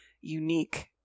unique